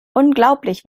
unglaublich